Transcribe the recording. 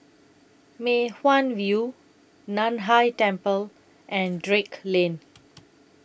Mei Hwan View NAN Hai Temple and Drake Lane